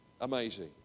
Amazing